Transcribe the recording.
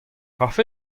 kafe